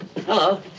Hello